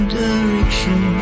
direction